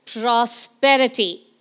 prosperity